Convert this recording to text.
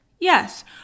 Yes